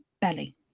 belly